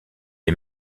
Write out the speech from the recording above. est